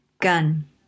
Gun